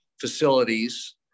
facilities